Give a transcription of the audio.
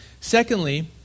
Secondly